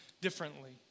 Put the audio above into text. differently